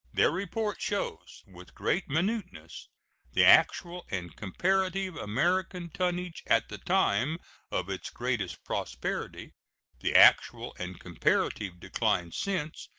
their report shows with great minuteness the actual and comparative american tonnage at the time of its greatest prosperity the actual and comparative decline since,